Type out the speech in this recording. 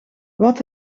wat